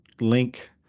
link